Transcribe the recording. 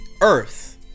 earth